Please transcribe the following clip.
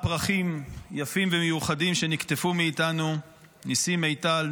פרחים יפים ומיוחדים שנקטפו מאיתנו: ניסים מיטל,